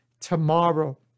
tomorrow